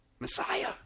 Messiah